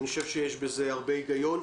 אני חושב שיש בזה הרבה היגיון.